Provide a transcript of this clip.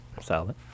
solid